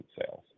sales